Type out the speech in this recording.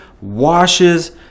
washes